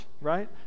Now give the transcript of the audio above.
right